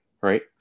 right